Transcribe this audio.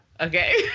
Okay